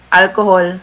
alcohol